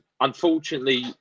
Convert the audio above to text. Unfortunately